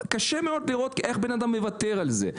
קשה מאוד לראות איך בן אדם מוותר על זה.